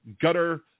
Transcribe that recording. Gutter